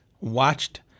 watched